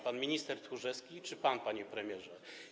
Pan minister Tchórzewski czy pan, panie premierze?